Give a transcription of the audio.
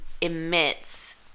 emits